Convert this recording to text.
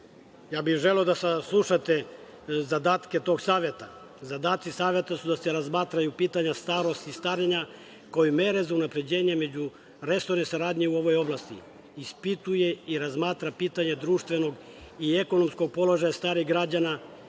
bih da saslušate zadatke tog saveta. Zadaci Saveta su da se razmatraju pitanja starosti i starenja koji mere za unapređenje međuresorne saradnje u ovoj oblasti, ispituje i razmatra pitanja društvenog i ekonomskog položaja starih građana,